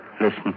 listen